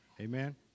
Amen